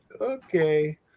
okay